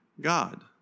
God